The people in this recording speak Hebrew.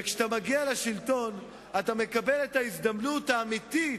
וכשאתה מגיע לשלטון אתה מקבל את ההזדמנות האמיתית,